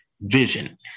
vision